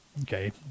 Okay